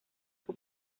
que